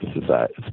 society